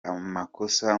amakosa